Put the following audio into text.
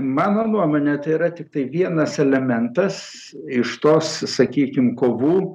mano nuomone tai yra tiktai vienas elementas iš tos sakykim kovų